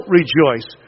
rejoice